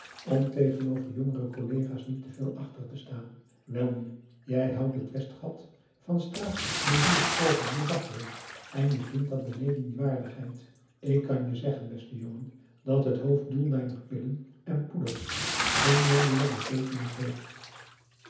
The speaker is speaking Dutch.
om tegenover jongere collega's niet te veel achter te staan welnu jij houdt het westgat van straat medoers open met baggeren en je vindt dat beneden je waardigheid ik kan je zeggen beste jongen dat het hoofddoel mijner pillen en poeders geen nobeler beteekenis heeft